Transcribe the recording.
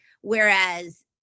Whereas